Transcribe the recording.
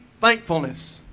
thankfulness